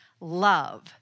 love